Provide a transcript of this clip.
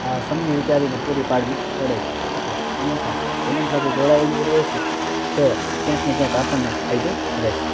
અં સમજી વિચારીને પૂરી પાડવી પડે છે એટલે હંમેશા જમીન સાથે જોડાયેલી રહેશું તો ક્યાંકને ક્યાંક આપણને ફાયદો રહેશે